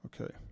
Okay